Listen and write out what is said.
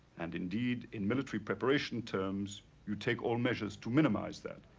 and indeed in military preparation terms you take all measures to minimize that,